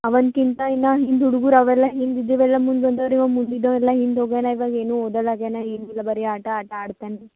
ಅವನಿಕಿಂತ ಇನ್ನು ಹಿಂದೆ ಹುಡುಗ್ರು ಅವೆಲ್ಲ ಹಿಂದೆ ಇದ್ದವೆಲ್ಲ ಮುಂದೆ ಬಂದರು ಇವ ಮುಂದೆ ಇದ್ದೋವ ಎಲ್ಲ ಹಿಂದೆ ಹೋಗ್ಯಾನೆ ಇವಾಗ ಏನು ಓದಲ್ಲ ಆಗ್ಯಾನೆ ಏನಿಲ್ಲ ಬರಿ ಆಟ ಆಟ ಆಡ್ತಾನೆ ರೀ